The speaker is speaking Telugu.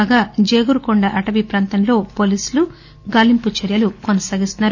కాగా జేగురుగొండ అటవీ ప్రాంతంలో పోలీసుల గాలింపు చర్యలు కొనసాగుతున్నాయి